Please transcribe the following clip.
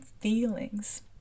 feelings